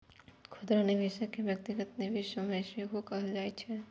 खुदरा निवेशक कें व्यक्तिगत निवेशक सेहो कहल जाइ छै